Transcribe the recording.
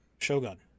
Shogun